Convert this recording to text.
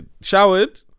showered